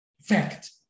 fact